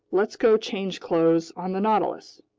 let's go change clothes on the nautilus.